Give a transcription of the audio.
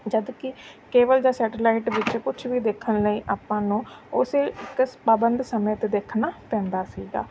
ਜਦੋਂ ਕਿ ਕੇਵਲ ਜਾਂ ਸੈਟਾਲਾਈਟ ਵਿੱਚ ਕੁਛ ਵੀ ਦੇਖਣ ਲਈ ਆਪਾਂ ਨੂੰ ਉਸ ਇੱਕ ਸ ਪਾਬੰਦ ਸਮੇਂ 'ਤੇ ਦੇਖਣਾ ਪੈਂਦਾ ਸੀਗਾ